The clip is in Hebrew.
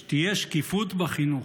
שתהיה שקיפות בחינוך,